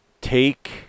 take